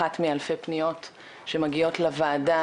אחת מאלפי פניות שמגיעות לוועדה,